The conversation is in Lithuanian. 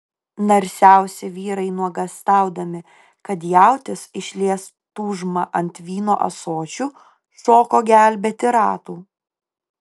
narsiausi vyrai nuogąstaudami kad jautis išlies tūžmą ant vyno ąsočių šoko gelbėti ratų